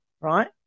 right